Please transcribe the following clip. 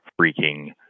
freaking